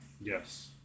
Yes